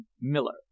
Miller